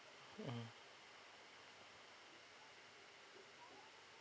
mm